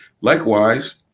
Likewise